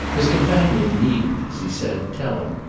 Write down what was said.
his companion needn't, as he said, tell him,